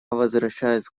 возвращаюсь